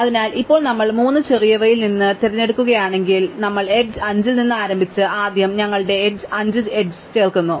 അതിനാൽ ഇപ്പോൾ നമ്മൾ 3 ചെറിയവയിൽ ഒന്ന് തിരഞ്ഞെടുക്കുകയാണെങ്കിൽ നമ്മൾ എഡ്ജ് 5 ൽ നിന്ന് ആരംഭിച്ച് ആദ്യം ഞങ്ങളുടെ എഡ്ജ്ൽ 5 എഡ്ജ് ചേർക്കുന്നു